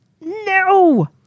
no